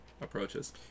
approaches